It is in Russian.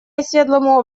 оседлому